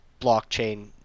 blockchain